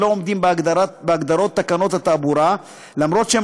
שלא עומדים בהגדרות תקנות התעבורה למרות שהם